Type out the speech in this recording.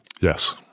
Yes